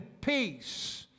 peace